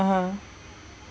(uh huh)